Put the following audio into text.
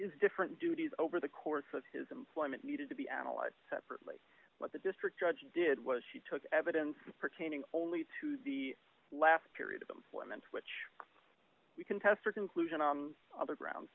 was different duties over the course of his employment needed to be analyzed separately what the district judge did was he took evidence pertaining only to the last period of them women which we can test for conclusion on other ground